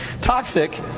toxic